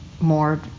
more